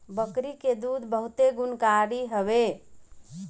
बकरी के दूध बहुते गुणकारी हवे